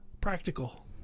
practical